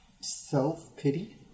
self-pity